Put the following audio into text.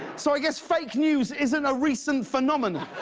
so i guess fake news isn't a recent phenomenon.